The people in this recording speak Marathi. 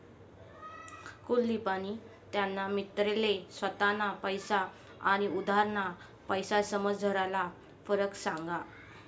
कुलदिपनी त्याना मित्रले स्वताना पैसा आनी उधारना पैसासमझारला फरक सांगा